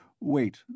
Wait